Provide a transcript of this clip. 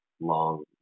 long